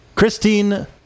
Christine